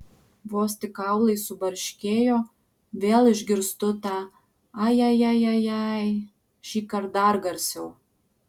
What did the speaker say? vos tik kaulai subarškėjo vėl išgirstu tą aja ja ja jai šįkart dar garsiau